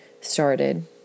started